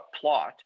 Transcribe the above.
plot